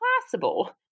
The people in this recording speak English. possible